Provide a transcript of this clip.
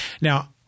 Now